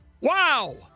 Wow